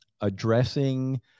addressing